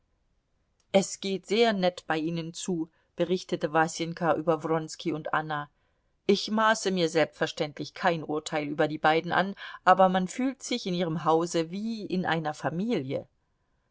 es geht sehr nett bei ihnen zu berichtete wasenka über wronski und anna ich maße mir selbstverständlich kein urteil über die beiden an aber man fühlt sich in ihrem hause wie in einer familie